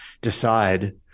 decide